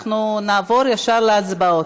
נעבור ישר להצבעות.